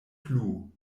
plu